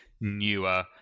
newer